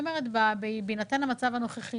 בהינתן המצב הנוכחי